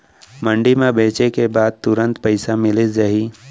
मंडी म बेचे के बाद तुरंत पइसा मिलिस जाही?